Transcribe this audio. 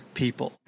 people